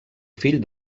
fill